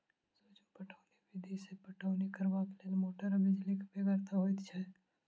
सूक्ष्म पटौनी विधि सॅ पटौनी करबाक लेल मोटर आ बिजलीक बेगरता होइत छै